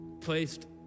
placed